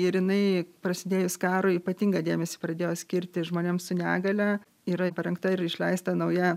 ir jinai prasidėjus karui ypatingą dėmesį pradėjo skirti žmonėm su negalia yra parengta ir išleista nauja